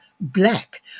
black